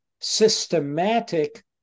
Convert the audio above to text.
systematic